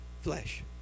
Flesh